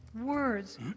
words